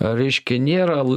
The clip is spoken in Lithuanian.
reiškia nėra